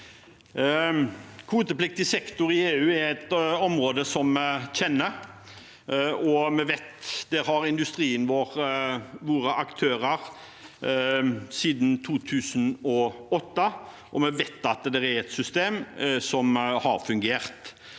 Kvotepliktig sek- tor i EU er et område som vi kjenner. Der har industrien vår vært aktører siden 2008, og vi vet at det er et system som har fungert.